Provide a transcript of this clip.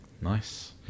Nice